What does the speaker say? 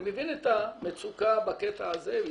אני מבין את המצוקה בקטע הזה,